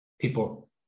people